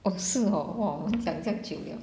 orh 是 hor !wah! 我们讲这样久 liao